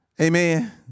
Amen